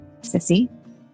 Sissy